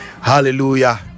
hallelujah